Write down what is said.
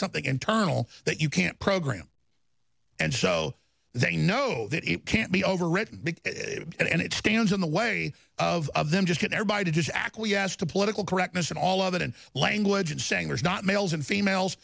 something internal that you can't program and so they know that it can't be overwritten and it stands in the way of them just get there by did his acquiesce to political correctness and all of that and language and saying there's not males and females